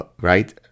right